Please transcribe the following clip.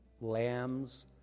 lambs